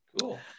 Cool